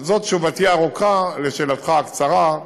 זו תשובתי הארוכה על שאלתך הקצרה,